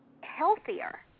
healthier